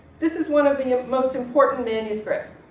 this is one of the most important manuscripts,